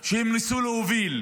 שהם ניסו להוביל,